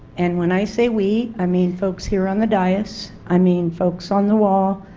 and when i say we i mean folks here on the dais, i mean folks on the wall,